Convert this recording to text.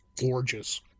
gorgeous